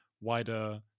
wider